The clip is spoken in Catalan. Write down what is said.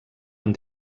amb